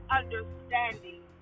understanding